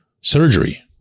surgery